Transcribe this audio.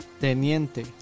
Teniente